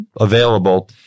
available